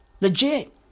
Legit